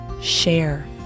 share